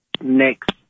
next